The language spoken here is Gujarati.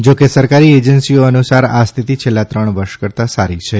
જો કે સરકારી એજન્સીઓ અનુસાર આ સ્થિતિ છેલ્લા ત્રણ વર્ષ કરતાં સારી છે